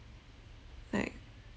like